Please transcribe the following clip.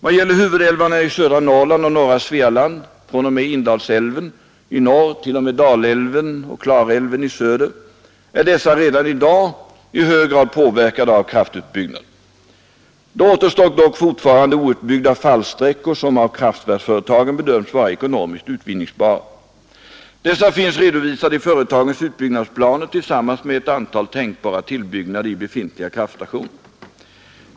Vad gäller huvudälvarna i södra Norrland och norra Svealand från och med Indalsälven i norr till och med Dalälven och Klarälven i söder är dessa redan i dag i hög grad påverkade av kraftutbyggnader. Det återstår dock fortfarande outbyggda fallsträckor, som av kraftverksföretagen bedöms vara ekonomiskt utvinningsbara. Dessa finns redovisade i företagens utbyggnadsplaner tillsammans med ett antal tänkbara tillbyggnader i befintliga kraftstationer.